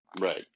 Right